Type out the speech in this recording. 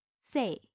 say